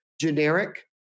generic